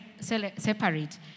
separate